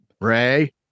Ray